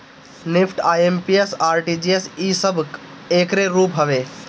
NEFT, IMPS, RTGS इ सब एकरे रूप हवे